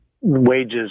wages